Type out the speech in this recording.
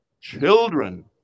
children